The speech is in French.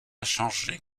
changé